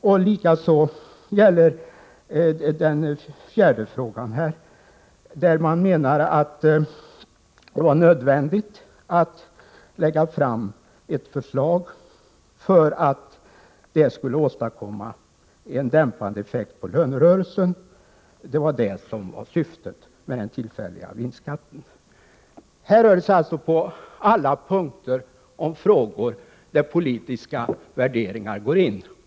Detsamma gäller för den fjärde frågan, dvs. frågan om den tillfälliga vinstskatten. Man menade att det var nödvändigt att lägga fram ett förslag för att det skulle åstadkomma en dämpande effekt på lönerörelsen, vilket var syftet med denna tillfälliga vinstskatt. Det rör sig här på alla punkter om frågor där politiska värderingar går in.